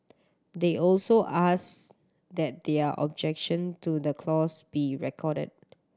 they also ask that their objection to the clause be recorded